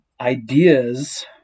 ideas